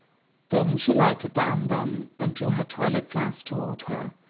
then she lighted the andon, and drew her toilet-glass toward her.